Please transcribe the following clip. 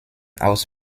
aus